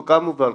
קמו והלכו.